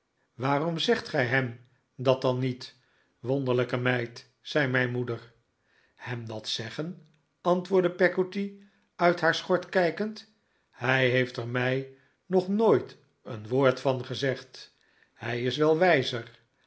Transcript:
waarom zegt gij hem dat dan niet wonderlijke meid zei mijn moeder hem dat zeggen antwoordde peggotty ait haar schort kijkend hij heeft er mij nog nooit een woord van gezegd hij is wel wijzer